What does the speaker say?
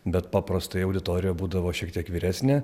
bet paprastai auditorija būdavo šiek tiek vyresnė